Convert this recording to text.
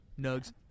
nugs